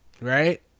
Right